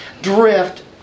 drift